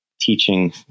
teaching